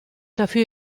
dafür